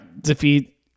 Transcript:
defeat